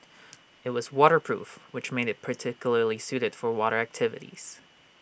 IT was waterproof which made IT particularly suited for water activities